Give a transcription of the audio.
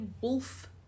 wolf